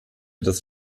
das